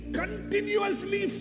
continuously